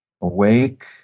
awake